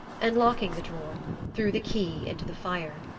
and locking the drawer threw the key into the fire.